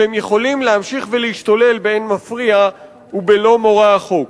שהם יכולים להמשיך להשתולל באין מפריע ובלא מורא החוק.